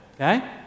okay